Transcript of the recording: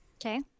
Okay